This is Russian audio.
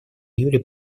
июле